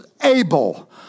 able